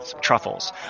Truffles